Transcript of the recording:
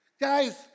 Guys